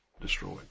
destroyed